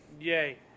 Yay